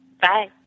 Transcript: bye